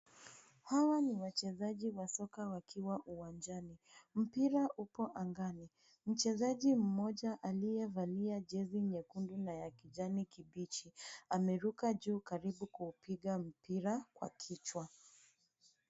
Hawa ni wachezaji wa soka wakiwa uwanjani. Mpira upo angani. Mchezaji mmoja aliyevalia jezi nyekundu na ya kijani kibichi ameruka juu karibu kuupiga mpira kwa kichwa.